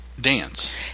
dance